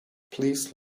please